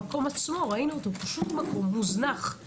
המקום עצמו פשוט מוזנח.